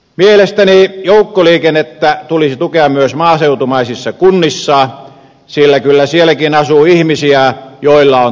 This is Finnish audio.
mielestäni joukkoliikennettä tulisi tukea myös maaseutumaisissa kunnissa sillä kyllä sielläkin asuu ihmisiä joilla on tarpeita